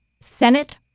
Senate